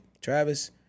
Travis